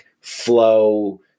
flow